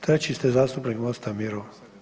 Treći ste zastupnik MOST-a Miro.